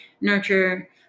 nurture